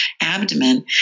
abdomen